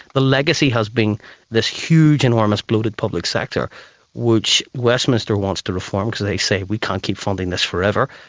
the legacy has been this huge, enormous bloated public sector which westminster wants to reform because they say we can't keep finding this forever.